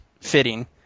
fitting